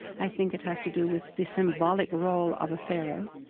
i think it has to do with the symbolic role of a pharaoh.